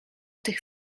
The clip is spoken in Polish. tych